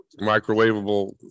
microwavable